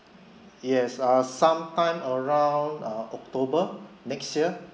yes uh sometime around uh october next year